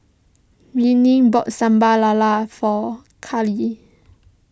Renae bought Sambal Lala for Kaylee